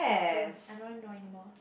ugh I don't want to know anymore